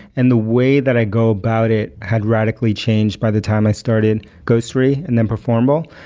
and the way that i go about it had radically changed by the time i started ghostery and then performable,